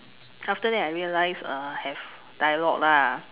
after that I realized uh have dialog lah